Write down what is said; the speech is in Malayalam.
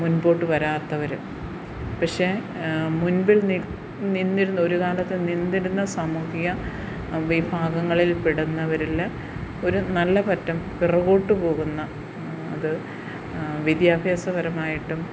മുൻപോട്ടു വരാത്തവർ പക്ഷേ മുൻപിൽ നി നിന്നിരുന്ന ഒരു കാലത്ത് നിന്നിരുന്ന സാമൂഹിക വിഭാഗങ്ങളിൽ പെടുന്നവരിൽ ഒരു നല്ല പറ്റം പിറകോട്ടു പോകുന്ന അതു വിദ്യാഭ്യാസ പരമായിട്ടും